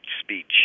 speech